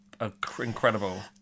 incredible